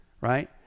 right